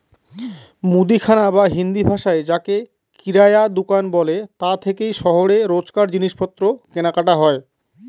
মুদিখানা বা হিন্দিভাষায় যাকে কিরায়া দুকান বলে তা থেকেই শহরে রোজকার জিনিসপত্র কেনাকাটা হয়